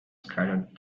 scattered